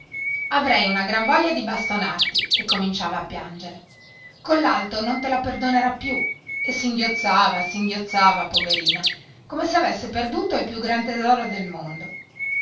avrei una gran voglia di bastonarti e cominciava a piangere collalto non te la perdonerà più e singhiozzava singhiozzava poverina come se avesse perduto il più gran tesoro del mondo